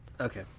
Okay